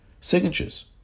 signatures